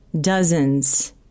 dozens